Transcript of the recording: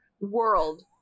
world